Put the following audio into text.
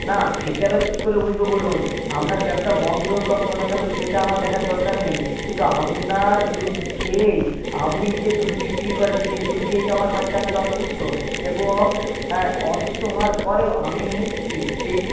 না সেটা এবার কি করে বুঝবো বলুন আপনার ব্যবসা বন্ধ হোক বা খোলা থাকুক সেটা আমার দেখার দরকার নেই কিন্তু আপনার দুধ খেয়েই আপনি যে দুধ বিক্রি করেন সেই দুধ খেয়েই তো আমার বাচ্চা আজকে অসুস্থ এবং অসুস্থ হওয়ার পরেও আমি